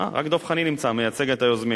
רק דב חנין נמצא, מייצג את היוזמים.